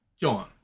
john